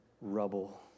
rubble